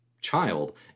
child